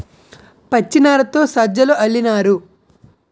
పచ్చినారతో సజ్జలు అల్లినారు